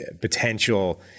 Potential